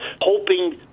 Hoping